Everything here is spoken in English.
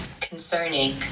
concerning